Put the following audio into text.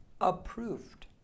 approved